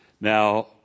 now